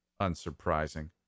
Unsurprising